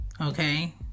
Okay